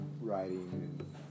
writing